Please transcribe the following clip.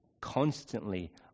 constantly